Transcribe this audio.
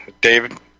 David